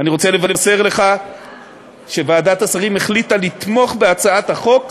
אני רוצה לבשר שוועדת השרים החליטה לתמוך בהצעת החוק,